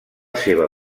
seva